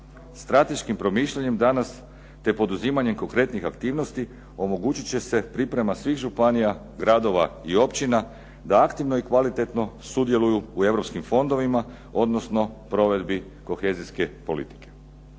Strateškim promišljanjem danas, te poduzimanjem konkretnih aktivnosti omogućit će se priprema svih županija, gradova i općina da aktivno i kvalitetno sudjeluju u europskim fondovima odnosno provedbi kohezijske politike.